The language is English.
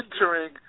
entering